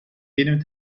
jenem